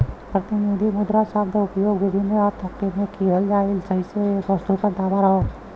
प्रतिनिधि मुद्रा शब्द क उपयोग विभिन्न अर्थ में किहल जाला जइसे एक वस्तु पर दावा हौ